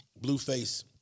Blueface